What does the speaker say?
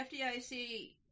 FDIC